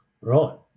Right